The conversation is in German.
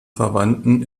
verwandten